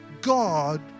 God